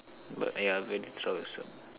but ya very troublesome